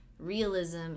Realism